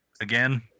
again